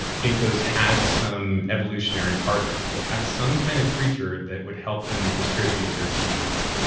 ginkgos had some evolutionary partner. they had some kind of creature that would help them distribute their seeds.